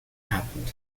happened